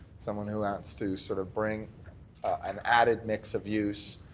someone who wants to sort of bring an added mix of use,